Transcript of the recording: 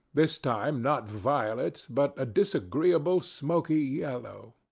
this time not violet, but a disagreeable smoky yellow.